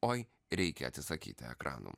oi reikia atsisakyti ekranų